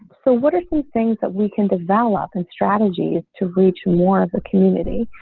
so what are some things that we can develop and strategies to reach more of a community.